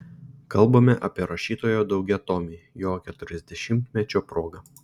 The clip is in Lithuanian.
kalbame apie rašytojo daugiatomį jo keturiasdešimtmečio proga